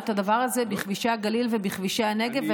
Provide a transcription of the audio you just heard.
את הדבר הזה בכבישי הגליל ובכבישי הנגב,